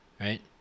Right